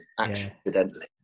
accidentally